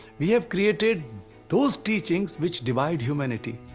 we have created those teachings which divide humanity.